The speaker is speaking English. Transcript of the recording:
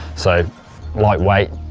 so lightweight,